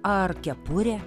ar kepurė